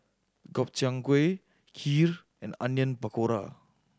Gobchang Gui Kheer and Onion Pakora